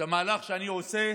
שהמהלך שאני עושה